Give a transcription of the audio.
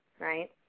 right